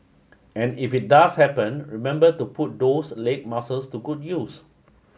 and if it does happen remember to put those leg muscles to good use